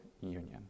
union